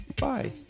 Bye